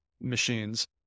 machines